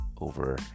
over